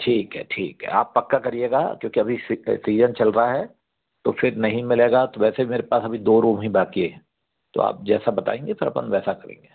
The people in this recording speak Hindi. ठीक है ठीक है आप पक्का करिएगा क्योंकि अभी सी अ सीजन चल रहा है तो फिर नहीं मिलेगा तो वैसे भी मेरे पास अभी दो रूम ही बाक़ी है तो आप जैसा बताएंगे फिर अपन वैसा करेंगे